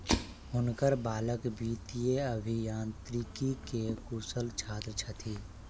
हुनकर बालक वित्तीय अभियांत्रिकी के कुशल छात्र छथि